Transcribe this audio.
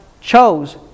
chose